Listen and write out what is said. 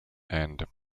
and